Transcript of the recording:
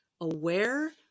aware